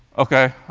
ok.